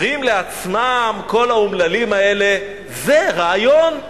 אומרים לעצמם כל האומללים האלה: זה רעיון.